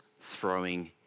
throwing